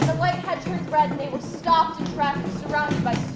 light had turned red and they were stopped in traffic surrounded by